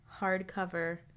hardcover